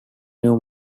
new